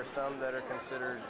are some that are considered